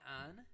on